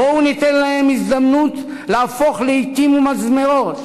בואו ניתן להן הזדמנות להפוך לאתים ומזמרות,